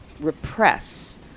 repress